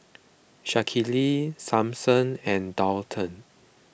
Shaquille Samson and Daulton